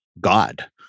God